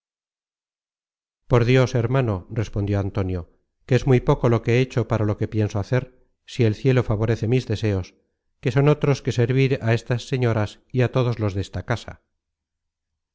por dios hermano respondió antonio que es muy poco lo que he hecho para lo que pienso hacer si el cielo favorece mis deseos que no son otros que servir a estas señoras y á todos los desta